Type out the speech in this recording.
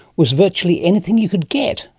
was virtually anything you could get,